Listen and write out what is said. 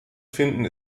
finden